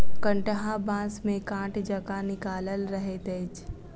कंटहा बाँस मे काँट जकाँ निकलल रहैत अछि